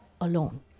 alone